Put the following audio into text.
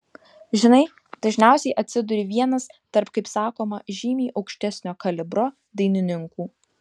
žinai dažniausiai atsiduri vienas tarp kaip sakoma žymiai aukštesnio kalibro dainininkų